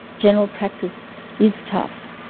general practice is tough,